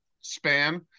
span